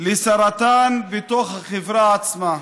לסרטן בתוך החברה עצמה.